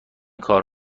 کار